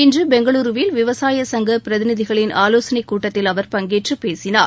இன்று பெங்களுருவில் விவசாய சங்க பிரதிநிதிகளின் ஆலோசனைக் கூட்டத்தில் அவர் பங்கேற்று பேசினார்